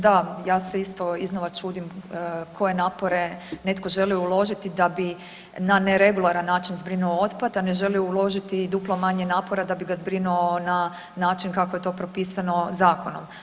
Da, ja se isto iznova čudim koje napore netko želi uložiti da bi na neregularan način zbrinuo otpad, a ne želi uložiti duplo manje napora da bi ga zbrinuo na način kako je to propisano zakonom.